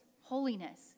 holiness